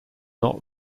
not